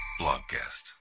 BlogCast